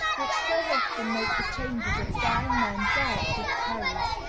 which so often make the chambers of dying men dark with terrors.